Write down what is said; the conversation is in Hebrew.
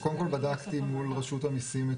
קודם כל בדקתי מול רשות המיסים,